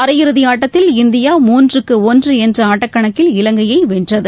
அரையிறுதி ஆட்டத்தில் இந்தியா மூன்றுக்கு ஒன்று என்ற ஆட்டக்கணக்கில் இலங்கையை வென்றது